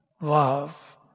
love